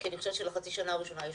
כי אני חושבת שלחצי השנה הראשונה יש